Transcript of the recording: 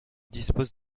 dispose